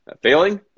failing